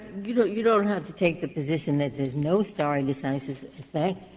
you don't you don't have to take the position that there's no stare and decisis effect.